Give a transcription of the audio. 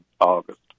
August